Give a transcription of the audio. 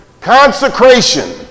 Consecration